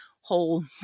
whole